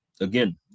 again